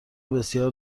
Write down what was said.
بسیار